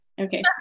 okay